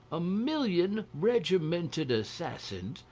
a million regimented assassins,